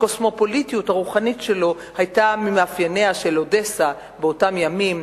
הקוסמופוליטיות הרוחנית שלו היתה ממאפייניה של אודסה באותם ימים,